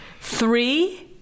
Three